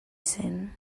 zen